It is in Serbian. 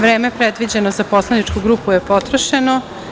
Vreme predviđeno za poslaničku grupu je potrošeno.